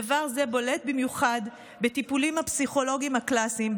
דבר זה בולט במיוחד בטיפולים הפסיכולוגיים הקלאסיים,